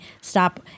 stop